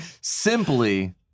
simply